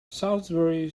salisbury